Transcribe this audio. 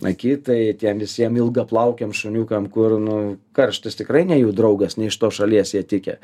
akitai tiem visiem ilgaplaukiam šuniukam kur nu karštis tikrai ne jų draugas ne iš tos šalies jie tikę